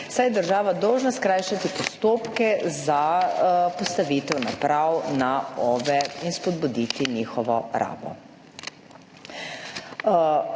saj je država dolžna skrajšati postopke za postavitev naprav na OVE in spodbuditi njihovo rabo.